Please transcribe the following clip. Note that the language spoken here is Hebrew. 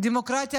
דמוקרטיה